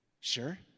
Sure